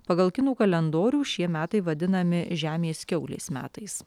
pagal kinų kalendorių šie metai vadinami žemės kiaulės metais